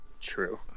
True